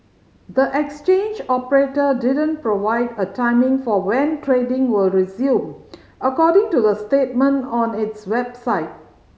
the exchange operator didn't provide a timing for when trading will resume according to the statement on its website